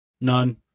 None